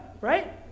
right